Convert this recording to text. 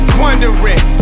wondering